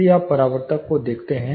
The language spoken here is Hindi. यदि आप परावर्तक को देखते हैं